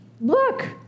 Look